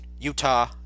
Utah